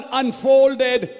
unfolded